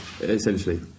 essentially